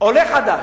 עולה חדש,